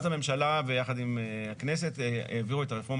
אז הממשלה בחד עם הכנסת העבירו את הרפורמה